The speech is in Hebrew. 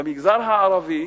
במגזר הערבי,